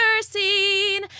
seen